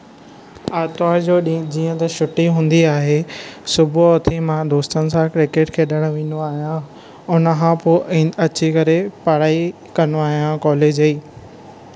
आर्तवार जो ॾींहुं जीअं त छुट्टी हूंदी आहे सुबुह उथी मां दोस्तनि सां क्रिकेटु खेॾणु वेंदो आहियां हुन खां पोइ अची करे पढ़ाई कंदो आहियां कॉलेज जी